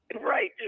Right